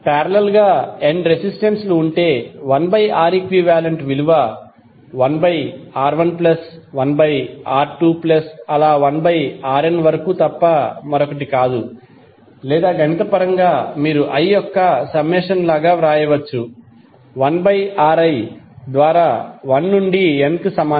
parallel గా n resistance లు ఉంటే 1 బై R ఈక్వివాలెంట్ విలువ 1 by R1 plus 1 by R2 అలా 1 బై Rn వరకు తప్ప మరొకటి కాదు లేదా గణిత పరంగా మీరు i యొక్క సమ్మేషన్ లాగా వ్రాయవచ్చు 1 బై Ri ద్వారా 1 నుండి N కు సమానం